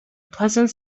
pleasant